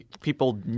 people